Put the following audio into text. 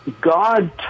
God